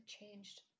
changed